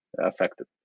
affected